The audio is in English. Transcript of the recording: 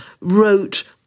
wrote